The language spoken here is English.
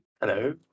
Hello